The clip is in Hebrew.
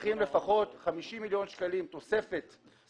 צריכים לפחות 50 מיליון שקלים תוספת שכר.